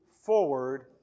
forward